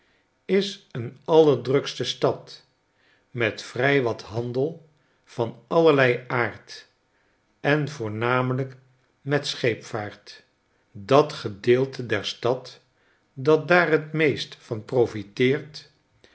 is een allerdrukste stad met vrij wat handel van allerlei aard en voornamelijk met scheepvaart dat gedeelte der stad dat daar t meest van profiteert